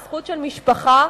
מהזכות של משפחה,